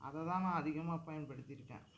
அதை தான் நான் அதிகமாக பயன்படுத்திருக்கேன்